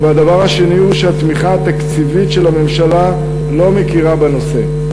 הדבר השני הוא שהתמיכה התקציבית של הממשלה לא מכירה בנושא.